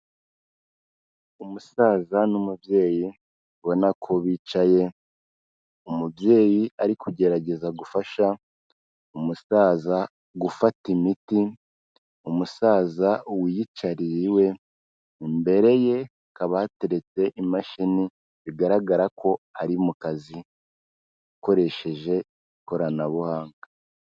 Umusaza n'umubyeyi ubona ko bicaye, umubyeyi ari kugerageza gufasha umusaza gufata imiti, umusaza wiyicariye iwe imbere ye hakaba hateretse imashini bigaragara ko ari mu kazi akoresheje ikoranabuhanga.